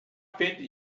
offended